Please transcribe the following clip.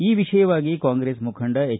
ಈ ವಿಷಯವಾಗಿ ಕಾಂಗ್ರೆಸ್ ಮುಖಂಡ ಎಚ್